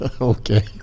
Okay